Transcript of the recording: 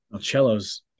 cellos